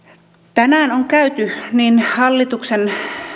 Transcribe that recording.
tänään on käyty niin hallituksen